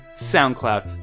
SoundCloud